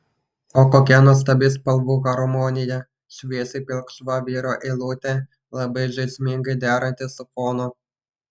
o kokia nuostabi spalvų harmonija šviesiai pilkšva vyro eilutė labai žaismingai deranti su fonu